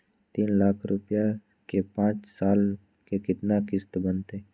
तीन लाख रुपया के पाँच साल के केतना किस्त बनतै?